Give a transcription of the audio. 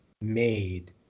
made